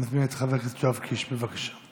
אני מזמין את חבר הכנסת יואב קיש, בבקשה.